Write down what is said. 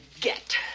get